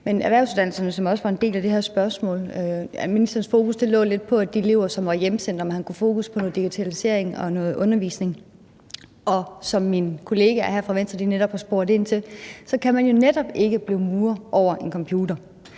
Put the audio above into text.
men erhvervsuddannelserne er også en del af det her spørgsmål. Ministerens fokus var lidt på de elever, som er hjemsendt, og på noget digitalisering og noget undervisning, men som mine kollegaer fra Venstre netop har spurgt ind til, kan man jo netop ikke blive murer ved hjælp af en computer.